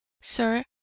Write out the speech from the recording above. sir